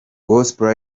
gospel